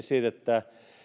siitä että